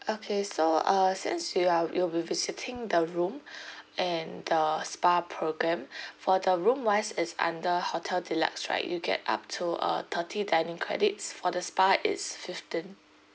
okay so uh since you are you'll be visiting the room and the spa program for the room wise it's under hotel deluxe right you get up to uh thirty dining credits for the spa it's fifteen